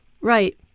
Right